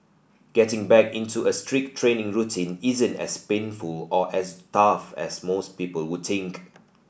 getting back into a strict training routine isn't as painful or as tough as most people would think